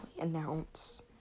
announce